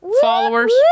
followers